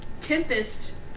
Tempest